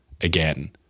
again